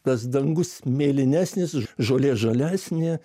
tas dangus mėlynesnis žolė žalesnė